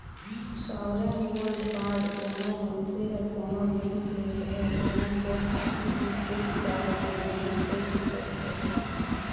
sovereign gold bond कोनो मइनसे हर कोनो बेंक ले चहे चुनल पोस्ट ऑफिस में खुद जाएके निवेस कइर सकत अहे